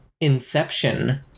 Inception